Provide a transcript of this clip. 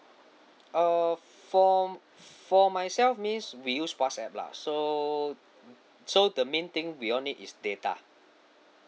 uh for for myself means we use whatsapp lah so so the main thing we all need is data